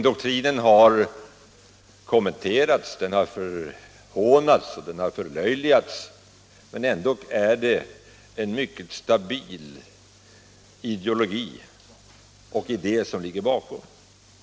Denna har kommenterats, förhånats och förlöjligats, men det är ändå en mycket stabil ideologi och idé som ligger bakom synsättet i fråga.